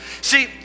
see